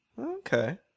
Okay